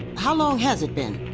how long has it been?